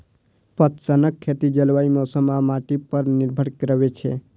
पटसनक खेती जलवायु, मौसम आ माटि पर निर्भर करै छै